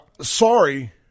Sorry